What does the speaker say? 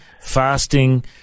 fasting